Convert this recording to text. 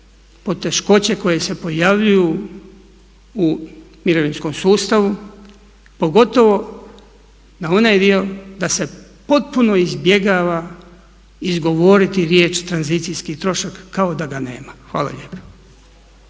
poteškoće koje se pojavljuju u mirovinskom sustavu, pogotovo na onaj dio da se potpuno izbjegava izgovoriti riječ tranzicijski trošak kao da ga nema. Hvala lijepa.